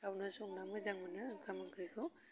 गावनो संना मोजां मोनो ओंखाम ओंख्रिखौ